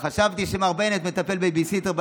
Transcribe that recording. חשבתי שבנט מטפל, בייביסיטר לילדה.